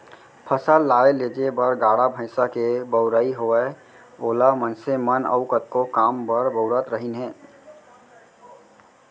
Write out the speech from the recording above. फसल लाए लेजे बर गाड़ा भईंसा के बउराई होवय ओला मनसे मन अउ कतको काम बर बउरत रहिन हें